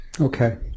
Okay